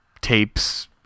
tapes